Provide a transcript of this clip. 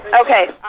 Okay